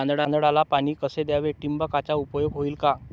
तांदळाला पाणी कसे द्यावे? ठिबकचा उपयोग होईल का?